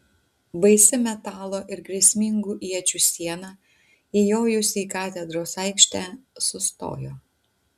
baisi metalo ir grėsmingų iečių siena įjojusi į katedros aikštę sustojo